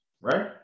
right